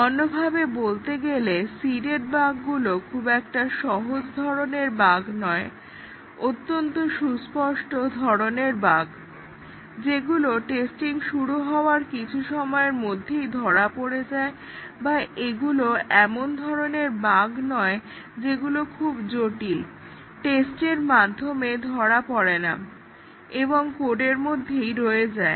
অন্যভাবে বলতে গেলে সিডেড বাগগুলো খুব একটা সহজ ধরনের বাগ্ নয় অত্যন্ত সুস্পষ্ট ধরণের বাগ যেগুলো টেস্টিং শুরু হওয়ার কিছু সময়ের মধ্যেই ধরা পড়ে যায় বা এগুলো এমন ধরনের বাগ নয় যেগুলো খুব জটিল টেস্টের মাধ্যমে ধরা পড়ে না এবং কোডের মধ্যেই রয়ে যায়